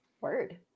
Word